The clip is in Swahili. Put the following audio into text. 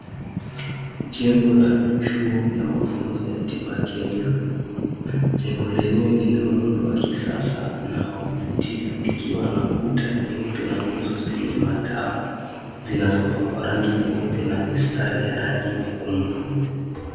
Jengo la chuo cha mafunzo ya tiba Kenya. Jengo lenyewe lina muundo wa kisasa na wa kuvutia likiwa na kuta nyeupe na nguzo zenye matawi zinazopakwa rangi nyeupe na mistari ya rangi nyekundu.